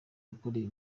gukora